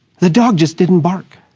the dog just didn't bark.